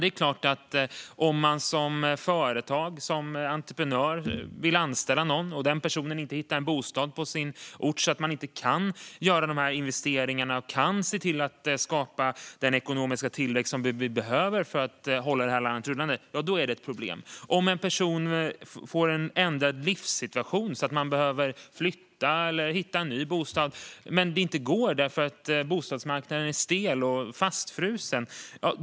Det är klart att det är ett problem om ett företag eller en entreprenör vill anställa någon men den personen inte hittar en bostad på orten, så att man inte kan göra investeringarna och se till att skapa den ekonomiska tillväxt som vi behöver för att hålla landet rullande. Det är också ett stort problem om en person får en ändrad livssituation och behöver flytta eller hitta en ny bostad men det inte går därför att bostadsmarknaden är stel och fastfrusen.